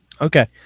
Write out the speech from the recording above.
Okay